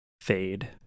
fade